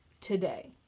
today